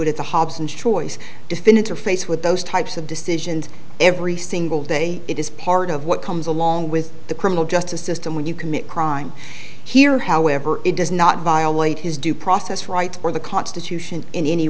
it at the hobson's choice definitive faced with those types of decisions every single day it is part of what comes along with the criminal justice system when you commit crime here however it does not violate his due process rights or the constitution in any